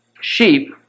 sheep